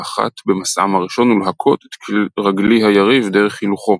אחת במסעם הראשון ולהכות את רגלי היריב דרך הילוכו.